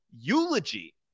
eulogy